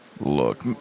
Look